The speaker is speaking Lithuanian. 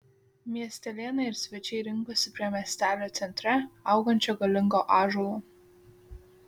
miestelėnai ir svečiai rinkosi prie miestelio centre augančio galingo ąžuolo